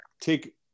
take –